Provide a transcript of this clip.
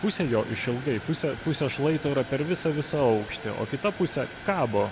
pusė jo išilgai pusė pusė šlaito yra per visą visą aukštį o kita pusė kabo